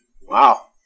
Wow